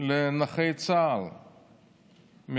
לנכי צה"ל,